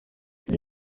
iki